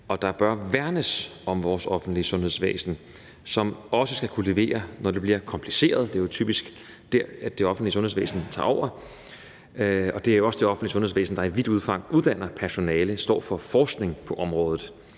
og der bør værnes om vores offentlige sundhedsvæsen, som også skal kunne levere, når det bliver kompliceret. Det er jo typisk der, det offentlige sundhedsvæsen tager over, og det er også det offentlige sundhedsvæsen, der i vidt omfang uddanner personale, står for forskning på området.